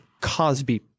Cosby